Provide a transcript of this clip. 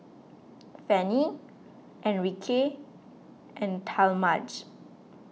Fannye Enrique and Talmadge